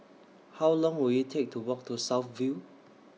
How Long Will IT Take to Walk to South View